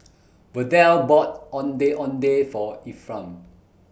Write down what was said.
Verdell bought Ondeh Ondeh For Ephram